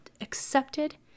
accepted